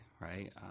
right